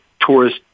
tourist